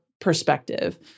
perspective